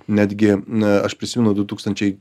netgi na aš prisimenu du tūkstančiai